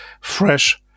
fresh